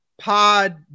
pod